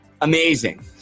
amazing